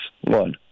one